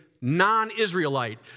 non-Israelite